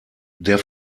der